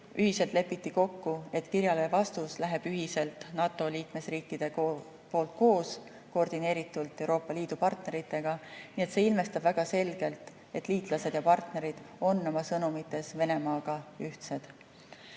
ühiselt lepiti kokku, et vastus kirjale läheb ühiselt NATO liikmesriikide poolt koordineeritult Euroopa Liidu partneritega. Nii et see ilmestab väga selgelt, et liitlased ja partnerid on oma sõnumites Venemaaga ühtsed. Mis